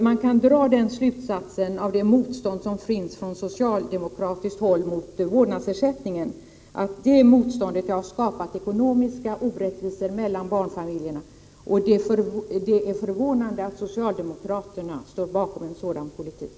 Man kan dra slutsatsen att det motstånd som finns från socialdemokratiskt håll mot vårdnadsersättningen har skapat ekonomiska orättvisor mellan barnfamiljerna. Det är förvånande att socialdemokraterna står bakom en sådan politik.